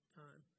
time